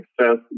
success